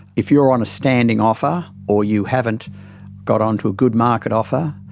if you're on a standing offer or you haven't got on to a good market offer,